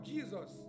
Jesus